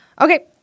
okay